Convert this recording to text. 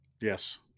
yes